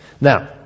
Now